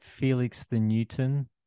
FelixTheNewton